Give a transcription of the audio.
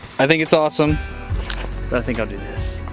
i think it's awesome, but i think i'll do this.